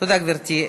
תודה, גברתי.